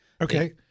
Okay